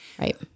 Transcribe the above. right